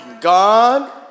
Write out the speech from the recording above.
God